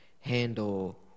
handle